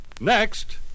Next